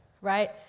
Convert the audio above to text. right